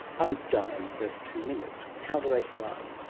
i would die in the first two minutes. how do they survive?